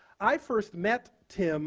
i first met tim